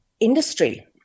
industry